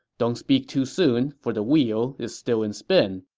don't speak too soon, for the wheel is still in spin.